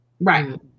right